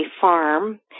farm